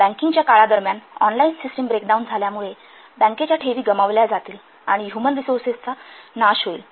बँकिंगच्या काळा दरम्यान ऑनलाइन सिस्टिम ब्रेकडाउन झाल्यामुळे बँकेच्या ठेवी गमावल्या जातील आणि ह्युमन रिसोर्सेसचा नाश होईल